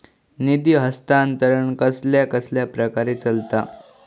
निधी हस्तांतरण कसल्या कसल्या प्रकारे चलता?